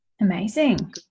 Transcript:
amazing